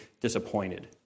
disappointed